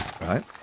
right